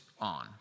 on